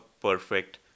perfect